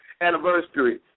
anniversary